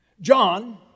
John